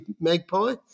Magpie